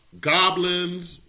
goblins